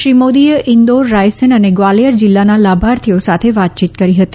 શ્રી મોદીએ ઇન્દોર રાયસેન અને ગ્વાલિયર જીલ્લાનાં લાભાર્થીઓ સાથે વાચચીત કરી હતી